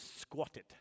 squatted